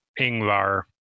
Ingvar